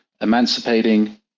emancipating